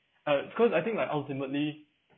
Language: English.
uh because I think like ultimately